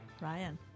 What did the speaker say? Ryan